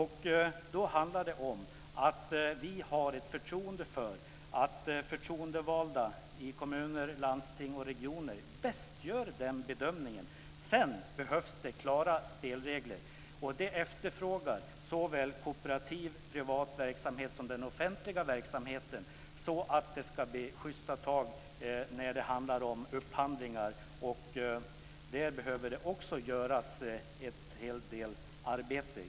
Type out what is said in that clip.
Det handlar om att vi har ett förtroende för att förtroendevalda i kommuner, landsting och regioner bäst gör den bedömningen. Sedan behövs det klara spelregler. Det efterfrågar såväl kooperativ privat verksamhet som den offentliga verksamheten så att det ska bli justa tag när det handlar om upphandlingar. Där behöver det också göras en hel del arbete.